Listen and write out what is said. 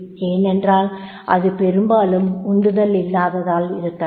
ஏனென்றால் அது பெரும்பாலும் உந்துதல் இல்லாததால் இருக்கலாம்